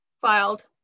filed